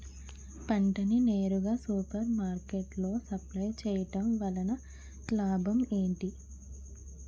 పంట ని నేరుగా సూపర్ మార్కెట్ లో సప్లై చేయటం వలన లాభం ఏంటి?